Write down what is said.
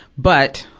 but,